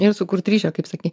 ir sukurti ryšio kaip sakei